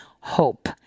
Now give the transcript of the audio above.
hope